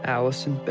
Allison